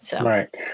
Right